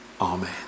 Amen